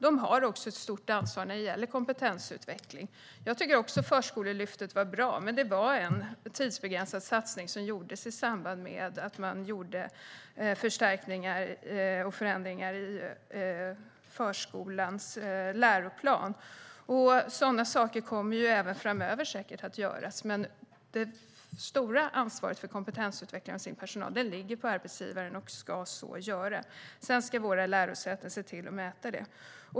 De har också ett stort ansvar när det gäller kompetensutveckling. Jag tycker också att Förskolelyftet var bra. Men det var en tidsbegränsad satsning i samband med att man gjorde förstärkningar och förändringar i förskolans läroplan. Sådana saker kommer säkert också att göras framöver. Men det stora ansvaret för kompetensutvecklingen av sin personal ligger hos på arbetsgivaren och ska så göra. Sedan ska våra lärosäten se till att mäta det.